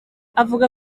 avuga